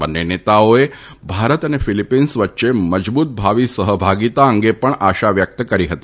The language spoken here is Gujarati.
બન્ને નેતાઓએ ભારત અને ફિલીપીન્સ વચ્ચે મજબૂત ભાવી સહભાગીતા અંગે પણ આશા વ્યક્ત કરી હતી